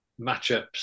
matchups